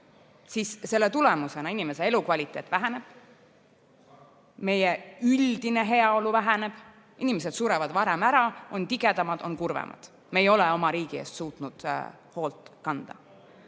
siis selle tulemusena inimese elukvaliteet väheneb. Meie üldine heaolu väheneb, inimesed surevad varem ära, on tigedamad, on kurvemad. Me ei ole oma riigi eest suutnud hoolt kanda.